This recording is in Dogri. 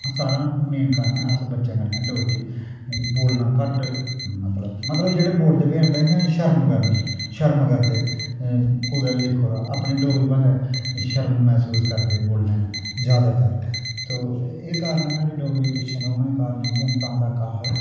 सारे कोला मेन कारण ऐ अस बच्चें कन्नै डोगरी बोलना घट्ट मतलब मतलब जेहडे़ बोलदे बी हैन ते इयां शर्म करदे शर्म करदे कुदे बी दिक्खो तां अपनी डोगरी भाशा च शर्म महसूस करदे बोलने कन्नै ज्यादातर तू एह् कारण साढ़ी डोगरी पिच्छे रौहने काऱण इयै ना